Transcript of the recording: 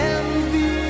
Envy